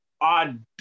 odd